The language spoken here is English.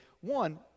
one